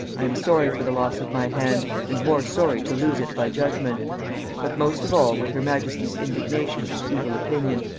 i am sorry for the loss of my hand, and more sorry to lose it by judgement but most of all with her majesty's indignation and evil opinion,